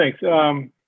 thanks